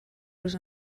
los